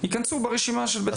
ייכנסו לרשימה.